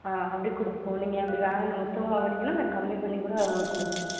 ஆ அப்படி கொடுப்போம் நீங்கள் அப்படி வாங்கு மொத்தமாக வாங்குனீங்கனால் நாங்கள் கம்மி பண்ணி கூட உங்களுக்கு கொடுப்போம்